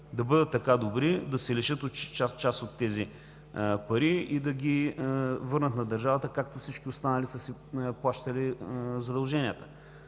Да бъдат така добри, да се лишат от част от тези пари и да ги върнат на държавата, както всички останали са си плащали задълженията.